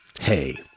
Hey